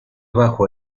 bajo